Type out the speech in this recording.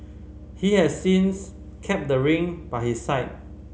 he has since kept the ring by his side